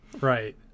Right